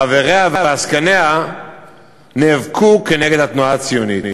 חבריה ועסקניה נאבקו נגד התנועה הציונית.